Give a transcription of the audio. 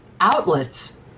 outlets